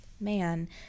man